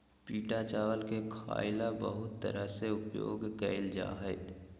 पिटा चावल के खाय ले बहुत तरह से उपयोग कइल जा हइ